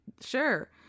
Sure